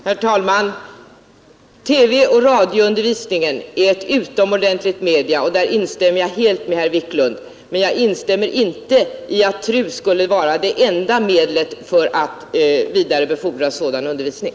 Herr talman! TV och radioundervisningen är ett utomordentligt medium — där instämmer jag helt i vad herr Wiklund i Härnösand sade — men jag instämmer inte i att TRU skulle vara det enda medlet för att vidarebefordra sådan undervisning.